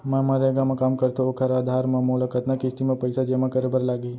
मैं मनरेगा म काम करथो, ओखर आधार म मोला कतना किस्ती म पइसा जेमा करे बर लागही?